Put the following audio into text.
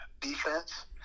defense